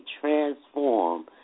transform